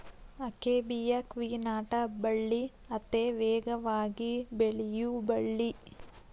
akebia ಕ್ವಿನಾಟ ಬಳ್ಳಿ ಅತೇ ವೇಗವಾಗಿ ಬೆಳಿಯು ಬಳ್ಳಿ